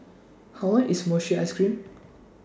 How much IS Mochi Ice Cream